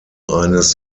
eines